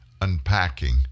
unpacking